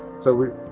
so we,